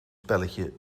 spelletje